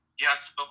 Yes